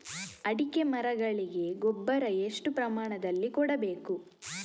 ಅಡಿಕೆ ಮರಗಳಿಗೆ ಗೊಬ್ಬರ ಎಷ್ಟು ಪ್ರಮಾಣದಲ್ಲಿ ಕೊಡಬೇಕು?